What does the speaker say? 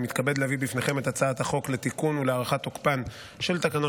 אני מתכבד להביא בפניכם את הצעת חוק לתיקון ולהארכת תוקפן של תקנות